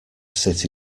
city